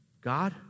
God